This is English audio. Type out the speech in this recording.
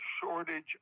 shortage